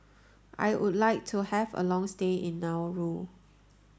I would like to have a long stay in Nauru